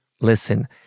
Listen